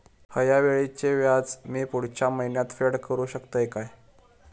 हया वेळीचे व्याज मी पुढच्या महिन्यात फेड करू शकतय काय?